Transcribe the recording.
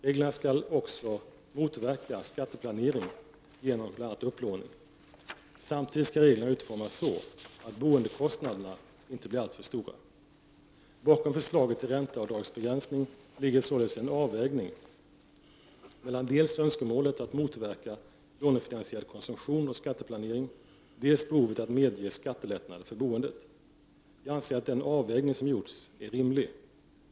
Reglerna skall också motverka skatteplanering genom bl.a. upplåning. Samtidigt skall reglerna utformas så, att boendekostnaderna inte blir alltför stora. Bakom förslaget till ränteavdragsbegränsning ligger således en avvägning mellan dels önskemålet att motverka lånefinansierad konsumtion och skatteplanering, dels behovet att medge skattelättnader för boendet. Jag anser att den avvägning som gjorts är rimlig.